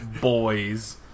Boys